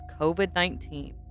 COVID-19